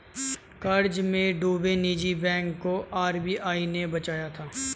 कर्ज में डूबे निजी बैंक को आर.बी.आई ने बचाया था